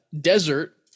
desert